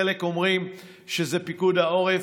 חלק אומרים שזה פיקוד העורף.